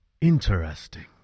Interesting